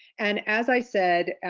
and as i said,